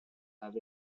have